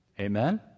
Amen